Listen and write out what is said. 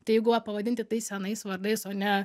tai jeigu va pavadinti tai senais vardais o ne